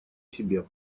себе